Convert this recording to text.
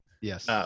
Yes